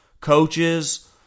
coaches